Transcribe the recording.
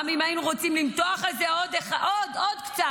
גם אם היינו רוצים למתוח את זה עוד קצת,